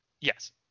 yes